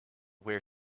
where